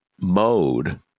mode